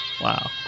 Wow